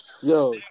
Yo